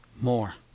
more